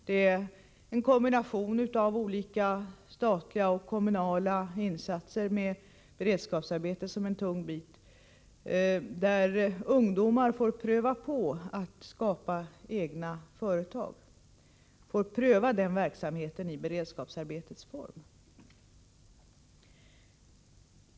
Det är en kombination av olika statliga och kommunala insatser med beredskapsarbete som en tung bit, där ungdomar får pröva på att skapa egna företag. De får pröva den verksamheten i beredskapsarbetets form.